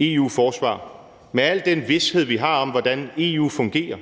EU-forsvar med al den vished, vi har om, hvordan EU fungerer?